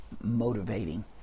motivating